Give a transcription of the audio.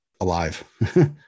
alive